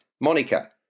Monica